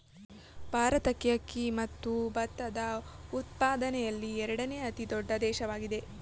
ಭಾರತಕ್ಕೆ ಅಕ್ಕಿ ಮತ್ತು ಭತ್ತದ ಉತ್ಪಾದನೆಯಲ್ಲಿ ಎರಡನೇ ಅತಿ ದೊಡ್ಡ ದೇಶವಾಗಿದೆ